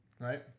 Right